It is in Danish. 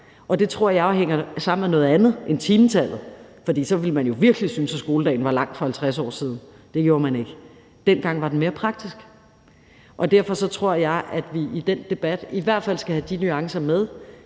Det tror jeg jo hænger sammen med noget andet end timetallet, for så ville man jo virkelig have syntes, at skoledagen var lang for 50 år siden – det gjorde man ikke. Dengang var den mere praktisk. Derfor tror jeg, at vi i den debat i hvert fald skal have de nuancer med,